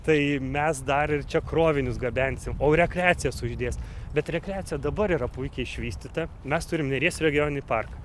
tai mes dar ir čia krovinius gabensim o rekreacija sužydės bet rekreacija dabar yra puikiai išvystyta mes turim neries regioninį parką